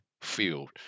field